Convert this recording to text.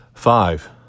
five